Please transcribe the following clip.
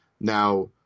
Now